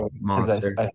monster